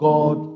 God